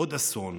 עוד אסון?